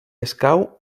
escau